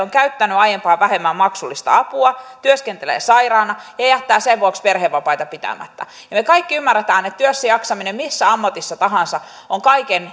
ovat käyttäneet aiempaa vähemmän maksullista apua työskentelevät sairaana ja ja jättävät sen vuoksi perhevapaita pitämättä me kaikki ymmärrämme että työssäjaksaminen missä ammatissa tahansa on kaiken